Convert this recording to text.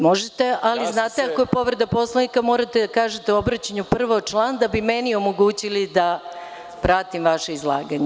Možete, ali znate ako je povreda Poslovnika morate da kažete u obraćanju prvo član da bi meni omogućili da pratim vaše izlaganje.